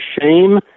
shame